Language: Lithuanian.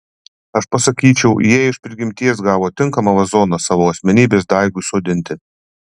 aš pasakyčiau jie iš prigimties gavo tinkamą vazoną savo asmenybės daigui sodinti